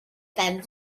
ben